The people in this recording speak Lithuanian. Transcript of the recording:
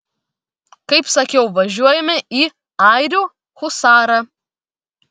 kaip sakiau važiuojame į airių husarą